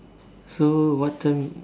so what time